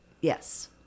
Yes